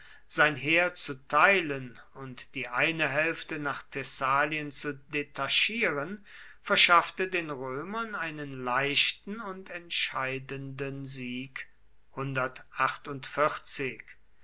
sein heer zu teilen und die eine hälfte nach thessalien zu detachieren verschaffte den römern einen leichten und entscheidenden sieg